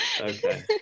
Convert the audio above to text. Okay